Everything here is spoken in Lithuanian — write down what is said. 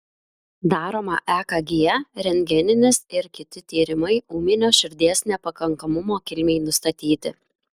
daroma ekg rentgeninis ir kiti tyrimai ūminio širdies nepakankamumo kilmei nustatyti